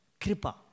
kripa